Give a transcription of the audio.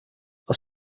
are